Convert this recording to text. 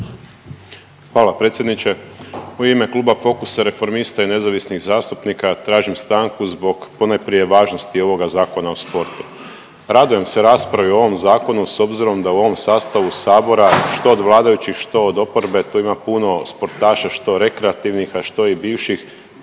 Hvala predsjedniče. U ime Kluba Fokusa, Reformista i nezavisnih zastupnika tražim stanku od ponajprije važnosti ovoga Zakona o sportu. Radujem se raspravi o ovom Zakonu s obzirom da u ovom sastavu Sabora, što od vladajućih, što od oporbe, tu ima puno sportaša, što rekreativnih, a što bivših